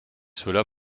cela